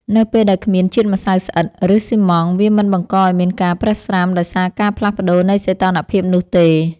នៅពេលដែលគ្មានជាតិម្សៅស្អិត ឬ ស៊ីម៉ងត៍ វាមិនបង្កឱ្យមានការប្រេះស្រាំដោយសារការផ្លាស់ប្ដូរនៃសីតុណ្ហភាពនោះទេ។